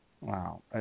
Wow